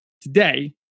today